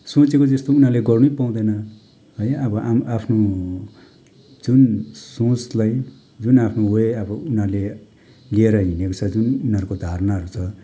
सोचेको जस्तो उनीहरूले गर्नु पाउँदैन है अब आफ्नो जुन सोचलाई जुन आफ्नो वे अब उनीहरूले लिएर हिँडेको छ जुन उनीहरूको धारणाहरू छ